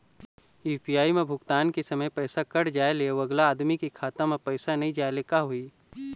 UPI म भुगतान के समय पैसा कट जाय ले, अउ अगला आदमी के खाता म पैसा नई जाय ले का होही?